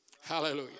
Hallelujah